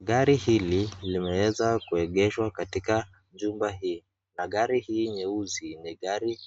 Gari hili limeweza kuegeshwa katika jumba hii na gari hii nyeusi ni gari